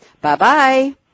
Bye-bye